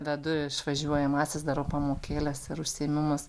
vedu išvažiuojamąsias darau pamokėles ir užsiėmimus